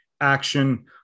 action